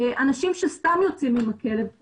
אנשים שסתם יוצאים לטייל,